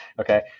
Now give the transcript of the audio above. Okay